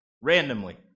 randomly